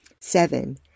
Seven